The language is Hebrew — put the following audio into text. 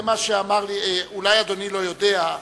אולי אדוני לא יודע,